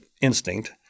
instinct